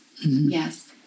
Yes